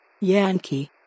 Yankee